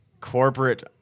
corporate